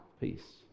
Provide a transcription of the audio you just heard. peace